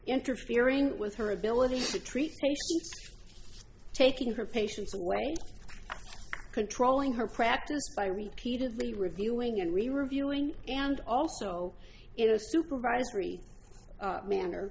interfering with her ability to treat taking her patients away controlling her practice by repeatedly reviewing and re reviewing and also in a supervisory manner